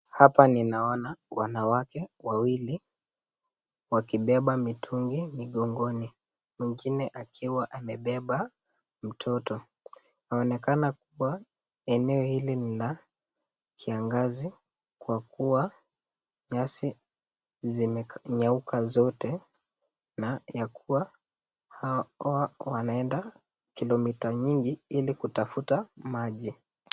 Hapa ninaona wanawake wawili wakibeba mitungi migongoni, mwingine akiwa amebeba mtoto. Inaonekana kuwa eneo hili lina kiangazi kwa kuwa nyazi zimekauka zote na kwa kuwa hawa wanaenda kilometre nyingi ili kutafuta maji.